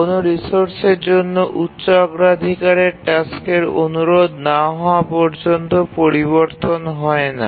কোনও রিসোর্সের জন্য উচ্চ অগ্রাধিকারের টাস্কের অনুরোধ না হওয়া পর্যন্ত পরিবর্তন হয় না